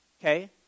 okay